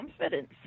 confidence